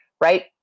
right